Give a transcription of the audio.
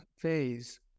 phase